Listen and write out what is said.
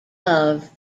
love